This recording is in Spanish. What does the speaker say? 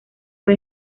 fue